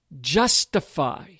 justify